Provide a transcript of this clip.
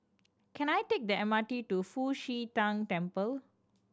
can I take the M R T to Fu Xi Tang Temple